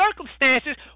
circumstances